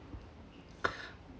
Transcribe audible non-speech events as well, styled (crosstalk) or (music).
(breath)